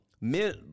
men